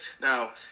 now